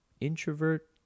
introvert